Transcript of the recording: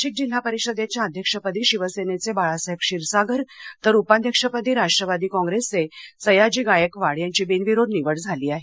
नाशिक जिल्हा परिषदेच्या अध्यक्षपदी शिवसेनेचे बाळासाहेब क्षीरसागर तर उपाध्यक्षपदी राष्ट्रवादी कॉप्रेसचे सयाजी गायकवाड यांची बिनविरोध निवड झाली आहे